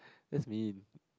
that's mean